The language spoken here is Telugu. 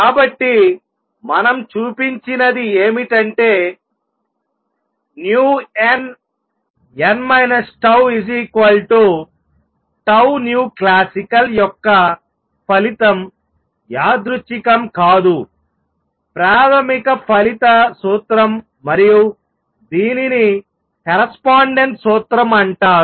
కాబట్టి మనం చూపించినది ఏమిటంటే nn τ classical యొక్క ఫలితం యాదృచ్చికం కాదు ప్రాథమిక ఫలిత సూత్రం మరియు దీనిని కరస్పాండెన్స్ సూత్రం అంటారు